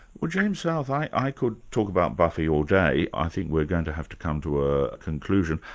well james south, i could talk about buffy all day, i think we're going to have to come to a conclusion.